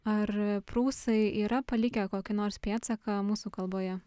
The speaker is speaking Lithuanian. ar prūsai yra palikę kokį nors pėdsaką mūsų kalboje